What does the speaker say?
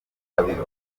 gabiro